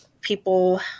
people